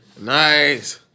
Nice